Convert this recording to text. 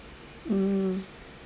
mmhmm